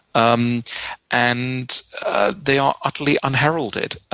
um and they are utterly unheralded.